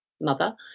mother